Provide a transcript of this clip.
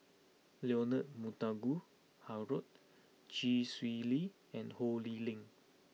Leonard Montague Harrod Chee Swee Lee and Ho Lee Ling